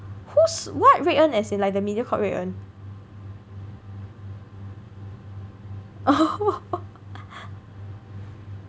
who's what Rui En as in like the Mediacorp Rui En